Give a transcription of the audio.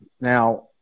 Now